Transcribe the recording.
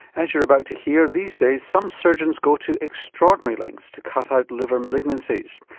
as you're about to hear these days some surgeons go to extraordinary lengths to cut out liver malignancies.